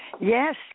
Yes